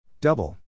Double